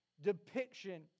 depiction